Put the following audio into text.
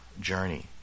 journey